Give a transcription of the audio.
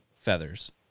feathers